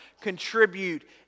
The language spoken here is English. contribute